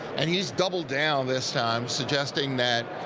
and he's doubled down this time, suggesting that,